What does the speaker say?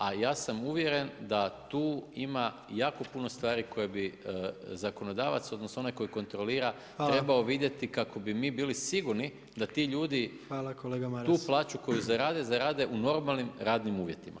A ja sam uvjeren da tu ima jako puno stvari koje bi zakonodavac, odnosno onaj koji kontrolira trebao vidjeti [[Upadica predsjednik: Hvala.]] trebao vidjeti kako bi mi bili sigurni da ti ljudi tu plaću [[Upadica predsjednik: Hvala kolega Maras.]] koju zarade, zarade u normalnim radnim uvjetima.